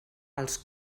als